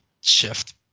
shift